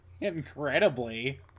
Incredibly